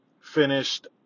finished